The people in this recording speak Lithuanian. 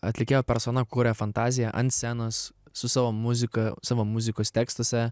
atlikėjo persona kuria fantaziją ant scenos su savo muzika savo muzikos tekstuose